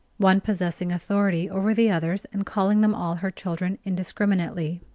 one possessing authority over the others and calling them all her children indiscriminately.